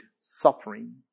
suffering